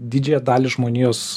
didžiąją dalį žmonijos